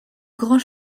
grand